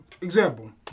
Example